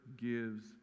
gives